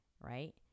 Right